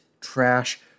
trash